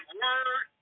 word